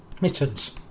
mittens